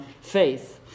faith